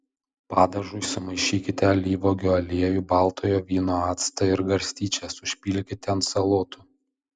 padažui sumaišykite alyvuogių aliejų baltojo vyno actą ir garstyčias užpilkite ant salotų